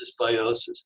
dysbiosis